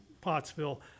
Pottsville